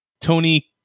Tony